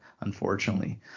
unfortunately